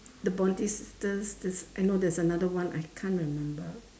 the bondi sisters there's I know there's another one I can't remember